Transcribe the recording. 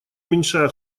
уменьшая